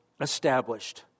established